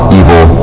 evil